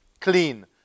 clean